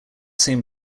same